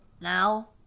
now